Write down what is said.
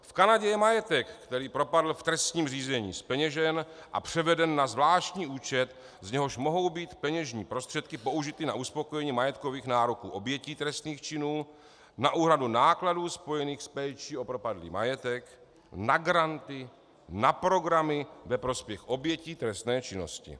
V Kanadě je majetek, který propadl v trestním řízení, zpeněžen a převeden na zvláštní účet, z něhož mohou být peněžní prostředky použity na uspokojení majetkových nároků obětí trestných činů, na úhradu nákladů spojených s péčí o propadlý majetek, na granty, na programy ve prospěch obětí trestné činnosti.